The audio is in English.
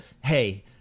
hey